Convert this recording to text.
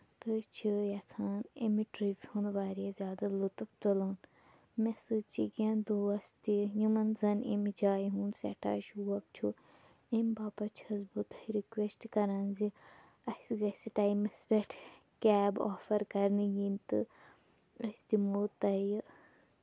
تہٕ چھِ یَژھان اَمہِ ٹرپہِ ہُند واریاہ زیادٕ لُطُف تُلُن مےٚ سۭتۍ چھِ کیٚنہہ دوس تہِ یِمن زَن اَمہِ جایہِ ہُند سٮ۪ٹھاہ شوق چھُ اَمہِ باپَت چھَس بہٕ تۄہہِ رکویسٹ کران زِ اَسہِ گژھِ ٹایمَس پٮ۪ٹھ کیب آفر کرنہٕ یِنۍ تہٕ أسۍ دِمو تۄہہِ